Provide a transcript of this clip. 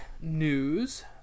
news